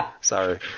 Sorry